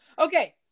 Okay